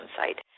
site